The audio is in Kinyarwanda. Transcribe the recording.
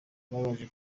yabanje